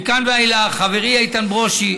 מכאן ואילך, חברי איתן ברושי.